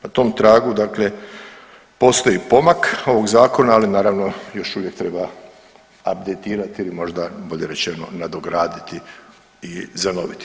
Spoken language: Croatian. Na tom tragu, dakle postoji pomak ovog zakona, ali naravno još uvijek treba abdejtirati ili možda bolje rečeno nadograditi i zanoviti.